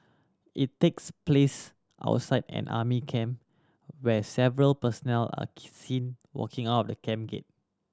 it takes place outside an army camp where several personnel are seen walking out of the camp gate